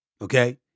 Okay